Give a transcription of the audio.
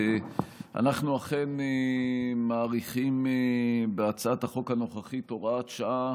אנחנו אכן מאריכים בהצעת החוק הנוכחית הוראת שעה